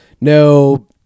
no